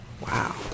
wow